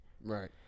Right